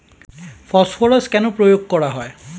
Phosphorus কেন প্রয়োগ করা হয়?